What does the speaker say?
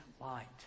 light